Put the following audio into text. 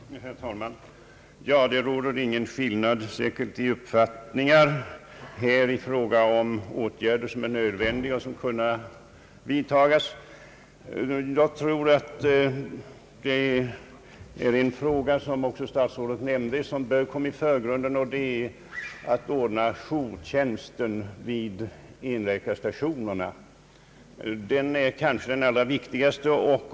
Herr talman! Det råder säkert ingen skillnad i uppfattningarna beträffande de åtgärder, som är nödvändiga och som kan vidtagas. Det är emellertid en fråga som bör komma i förgrunden — statsrådet Aspling nämnde den också — nämligen den att ordna jourtjänsten vid enläkarstationerna. Det är kanske den allra viktigaste frågan.